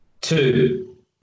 Two